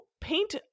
paint